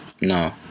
No